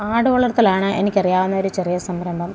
ആട് വളർത്തലാണ് എനിക്കറിയാവുന്ന ഒരു ചെറിയ സംരംഭം